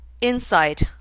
insight